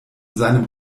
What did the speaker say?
seinem